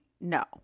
No